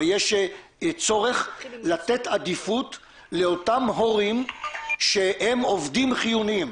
יש צורך לתת עדיפות לאותם הורים שהם עובדים חיוניים.